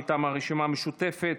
מטעם הרשימה המשותפת,